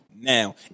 now